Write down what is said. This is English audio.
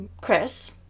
Chris